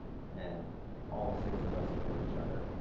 and all six of us know each other.